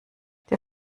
der